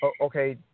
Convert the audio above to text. okay